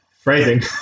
phrasing